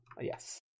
Yes